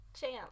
Champ